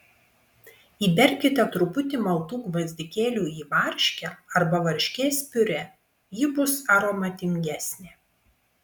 įberkite truputį maltų gvazdikėlių į varškę arba varškės piurė ji bus aromatingesnė